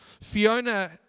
Fiona